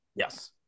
yes